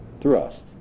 thrust